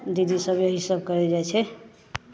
दीदी सब एही सब करय जाइ छै